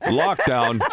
lockdown